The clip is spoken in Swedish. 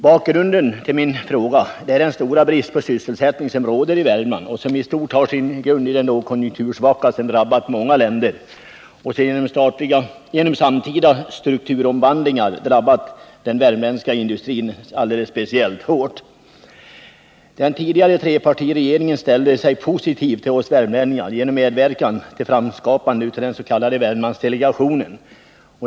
Bakgrunden till min fråga är den stora brist på sysselsättning som råder i Värmland och som i stort har sin grund i den lågkonjunktursvacka som drabbat många länder och som genom samtidiga strukturomvandlingar drabbat den värmländska industrin alldeles speciellt hårt. Den tidigare trepartiregeringen ställde sig positiv till oss värmlänningar genom medverkan till framskapandet av den s.k. Värmlandsdelegationen.